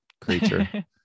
creature